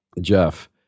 Jeff